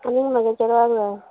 आनी उरलां मातशें रावलां